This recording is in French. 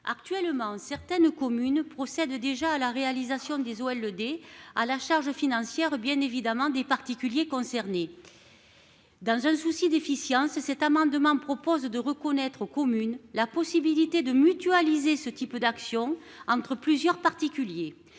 Actuellement, certaines communes procède déjà à la réalisation des elle le des. À la charge financière bien évidemment des particuliers concernés. Dans un souci d'efficience cet amendement propose de reconnaître aux communes la possibilité de mutualiser ce type d'action entre plusieurs particuliers